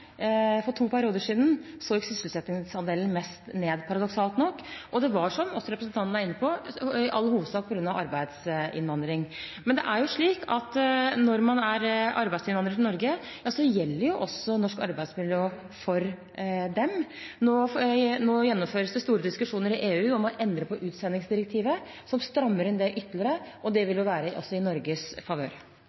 For to perioder siden gikk sysselsettingsandelen mest ned, paradoksalt nok. Det var, som også representanten var inne på, i all hovedsak på grunn av arbeidsinnvandring, men når man er arbeidsinnvandrer til Norge, gjelder jo også norsk arbeidsmiljølov for vedkommende. Nå gjennomføres det store diskusjoner i EU om å endre på utsendingsdirektivet, som strammer inn det ytterligere, og det vil jo være i Norges favør.